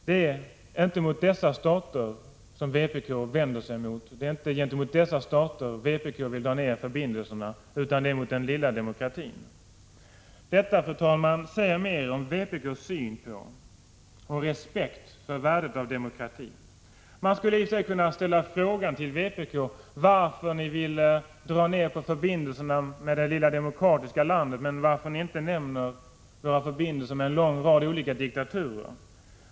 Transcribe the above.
Det är inte mot sådana stater som vpk vänder sig, och som vpk vill att vi skall dra ned förbindelserna med, utan mot den lilla demokratin. Detta, fru talman, säger än mer om vpk:s syn på och respekt för värdet av demokratin. Man skulle i och för sig kunna ställa frågan till vpk varför man vill dra ned på förbindelserna med det lilla demokratiska landet men inte tar upp våra förbindelser med en lång rad olika diktaturer.